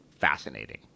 fascinating